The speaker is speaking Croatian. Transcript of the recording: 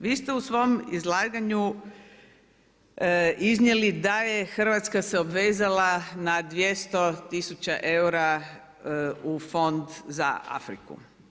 Vi ste u svom izlaganju iznijeli da je Hrvatska se obvezala na 200 tisuća eura u fond za Afriku.